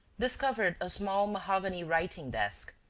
discovered a small mahogany writing-desk,